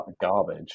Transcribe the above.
garbage